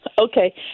Okay